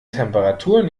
temperaturen